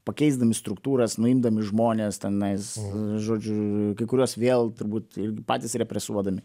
pakeisdami struktūras nuimdami žmones tenais žodžiu kai kuriuos vėl turbūt ir patys represuodami